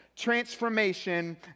transformation